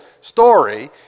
story